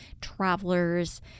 travelers